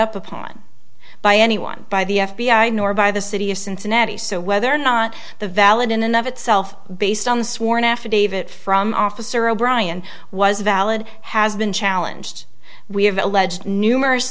up upon by anyone by the f b i nor by the city of cincinnati so whether or not the valid enough itself based on the sworn affidavit from officer o'brien was valid has been challenged we have alleged numerous